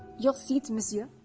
your seat, monsieur.